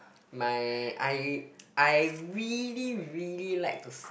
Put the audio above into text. my I I really really like to